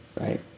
Right